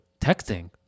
texting